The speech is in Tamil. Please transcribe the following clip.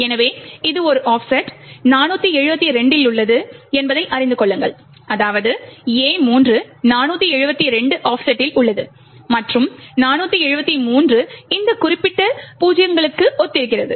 எனவே இது ஒரு ஆஃப்செட் 472 இல் உள்ளது என்பதை அறிந்து கொள்ளுங்கள் அதாவது A3 472 ஆஃப்செட்டில் உள்ளது மற்றும் 473 இந்த குறிப்பிட்ட 0 களுக்கு ஒத்திருக்கிறது